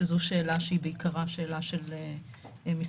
שזו שאלה שהיא בעיקרה שאלה של משרד